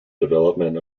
development